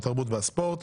התרבות והספורט.